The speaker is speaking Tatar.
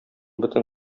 бөтен